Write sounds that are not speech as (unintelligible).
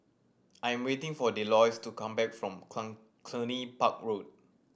I am waiting for Delois to come back from (unintelligible) Cluny Park Road